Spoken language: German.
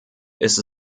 ist